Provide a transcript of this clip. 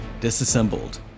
disassembled